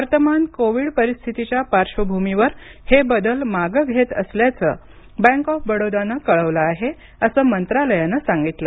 वर्तमान कोविड परिस्थितीच्या पार्श्वभूमीवर हे बदल माघारी घेत असल्याचं बँक ऑफ बडोदानं कळवलं आहे असं मंत्रालयानं सांगितलं